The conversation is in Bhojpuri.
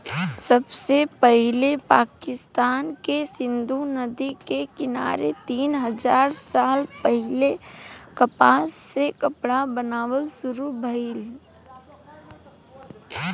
सबसे पहिले पाकिस्तान के सिंधु नदी के किनारे तीन हजार साल पहिले कपास से कपड़ा बनावल शुरू भइल